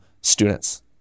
students